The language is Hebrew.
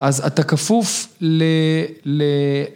‫אז אתה כפוף ל...